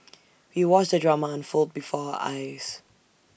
we watched the drama unfold before our eyes